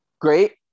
Great